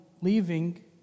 leaving